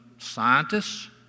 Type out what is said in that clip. scientists